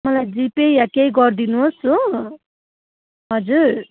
मलाई जिपे या केही गरिदिनु होस् हो हजुर